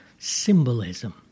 symbolism